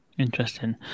interesting